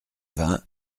vingt